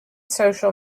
social